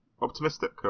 optimistic